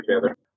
together